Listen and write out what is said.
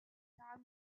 time